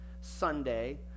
Sunday